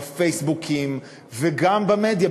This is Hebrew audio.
בפייסבוקים וגם במדיה,